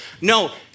No